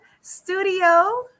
studio